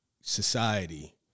society